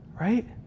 right